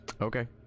Okay